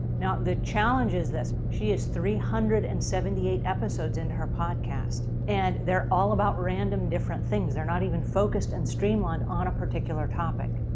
now the challenge is this, she is three hundred and seventy eight episodes into her podcast, and they're all about random, different things, they're not even focused and streamlined on a particular topic.